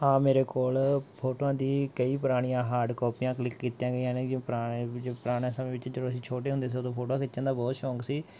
ਹਾਂ ਮੇਰੇ ਕੋਲ ਫੋਟੋਆਂ ਦੀ ਕਈ ਪੁਰਾਣੀਆਂ ਹਾਰਡ ਕਾਪੀਆਂ ਕਲਿੱਕ ਕੀਤੀਆਂ ਗਈਆਂ ਨੇ ਜਿਵੇਂ ਪੁਰਾਣੇ ਬਜ਼ੁਰਗਾਂ ਪੁਰਾਣੇ ਸਮੇਂ ਵਿੱਚ ਜਦੋਂ ਅਸੀਂ ਛੋਟੇ ਹੁੰਦੇ ਸੀ ਉਦੋਂ ਫੋਟੋਆਂ ਖਿੱਚਣ ਦਾ ਬਹੁਤ ਸ਼ੌਕ ਸੀ